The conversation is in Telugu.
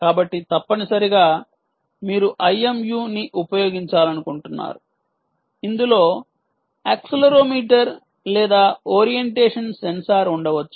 కాబట్టి తప్పనిసరిగా మీరు IMU ని ఉపయోగించాలనుకుంటున్నారు ఇందులో యాక్సిలెరోమీటర్ లేదా ఓరియంటేషన్ సెన్సార్ ఉండవచ్చు